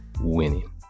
Winning